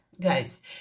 guys